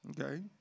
Okay